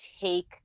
take